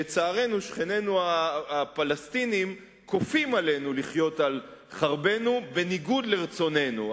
שלצערנו שכנינו הפלסטינים כופים עלינו לחיות על חרבנו בניגוד לרצוננו.